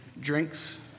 drinks